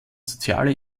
soziale